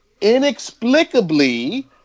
inexplicably